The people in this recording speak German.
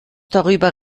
darüber